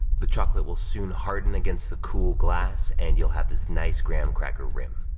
the chocolate will soon harden against the cool glass, and you'll have this nice graham cracker rim.